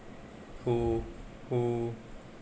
who who